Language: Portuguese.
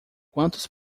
quantos